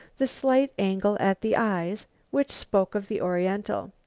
the slight angle at the eyes which spoke of the oriental.